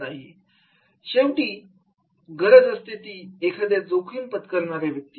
सर्वात शेवटी गरज असते ती एखाद्या जोखीम पत्करणार्या व्यक्तीची